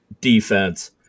defense